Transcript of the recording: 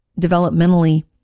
developmentally